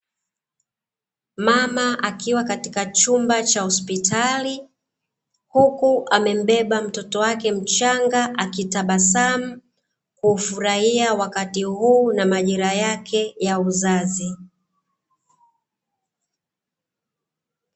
Mama akiwa katika chumba cha hospitali huku amembeba mtoto wake mchanga, akitabasamu kufurahia wakati huu na majeraha yake ya uzazi.